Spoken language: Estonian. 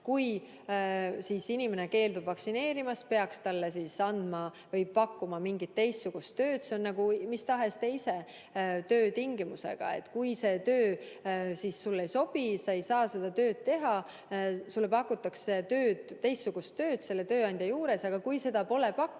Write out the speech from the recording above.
Kui inimene keeldub vaktsineerimast, peaks talle siis andma või pakkuma mingit teistsugust tööd. See on nagu mis tahes teise töötingimusega, et kui see töö sulle ei sobi, siis sa ei saa seda tööd teha. Sulle pakutakse teistsugust tööd sellesama tööandja juures. Aga kui seda pole pakkuda,